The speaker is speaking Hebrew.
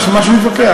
למה שנתווכח?